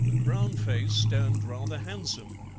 brown-faced and rather handsome,